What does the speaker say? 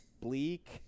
Bleak